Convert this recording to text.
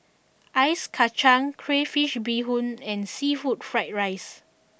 Ice Kacang Crayfish Beehoon and Seafood Fried Rice